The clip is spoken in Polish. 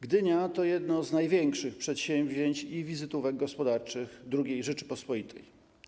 Gdynia to jedno z największych przedsięwzięć i wizytówek gospodarczych II Rzeczypospolitej.